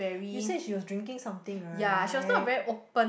you say she was drinking something right